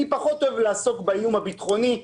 אני פחות אוהב לעסוק באיום הביטחוני.